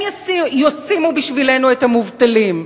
הם יעסיקו בשבילנו את המובטלים.